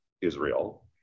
Israel